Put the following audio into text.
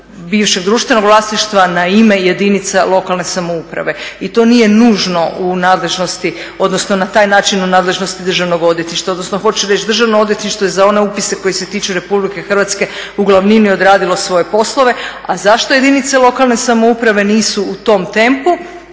bivšeg društvenog vlasništva na ime jedinica lokalne samouprave i to nije nužno u nadležnosti, odnosno na taj način u nadležnosti državnog odvjetništva, odnosno hoću reći državno odvjetništvo je za one upise koji se tiču RH u glavnini odradilo svoj poslove, a zašto jedinice lokalne samouprave nisu u tom tempu,